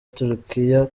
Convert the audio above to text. turkiya